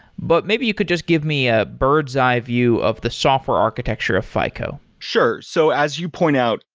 but maybe you could just give me a birds eye's view of the software architecture of fico sure. so as you pointed out,